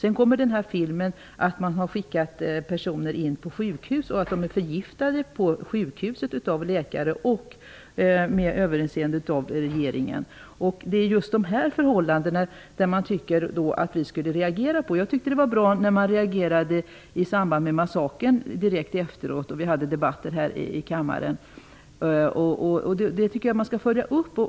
I filmen sägs det att personer har skickats till sjukhus och att de blivit förgiftade på sjukhuset av läkare med överinseende av regeringen. Det är just dessa förhållanden jag tycker att vi skulle reagera på. Det var bra att man reagerade direkt efter massakern. Vi hade debatter här i kammaren. Det borde man följa upp.